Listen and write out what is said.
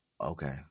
Okay